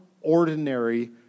ordinary